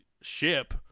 ship